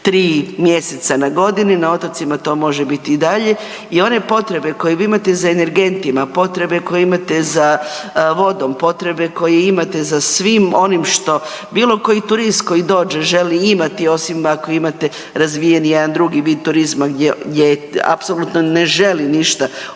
tri mjeseca na godinu, na otocima to može biti i dalje i one potrebe koje vi imate za energentima, potrebe koje imate za vodom, potrebe koje imate za svim onim što bilo koji turist koji dođe želi imati osim ako imate razvijen jedan drugi vid turizma gdje apsolutno ne želi ništa od toga,